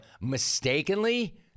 mistakenly